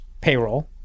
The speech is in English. payroll